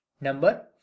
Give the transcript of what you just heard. Number